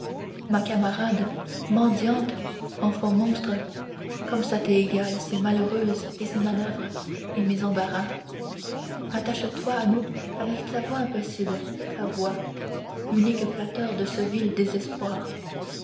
ma camarade mendiante enfant monstre comme ça t'est égal ces malheureuses et ces manoeuvres et mes embarras attache toi à nous avec ta voix impossible ta voix unique flatteur de ce vil désespoir